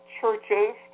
churches